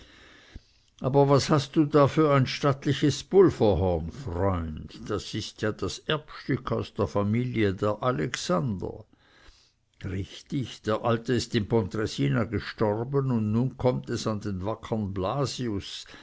aber was hast du da für ein stattliches pulverhorn freund das ist ja das erbstück aus der familie der alexander richtig der alte in pontresina ist gestorben und nun kommt es an den wackern blasius